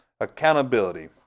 accountability